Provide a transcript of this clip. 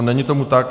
Není tomu tak.